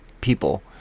people